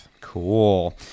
Cool